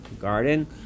garden